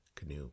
Canoe